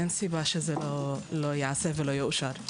אין סיבה שלא ייעשה ולא יאושר.